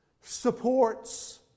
supports